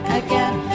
again